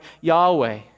Yahweh